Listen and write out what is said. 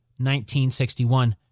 1961